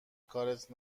کارت